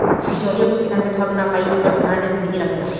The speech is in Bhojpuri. बिचौलिया कुल किसान के ठग नाइ पावे एकर ध्यान इ समिति रखेले